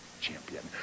champion